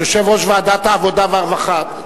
יושב-ראש ועדת העבודה והרווחה,